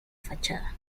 fachada